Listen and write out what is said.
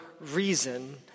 reason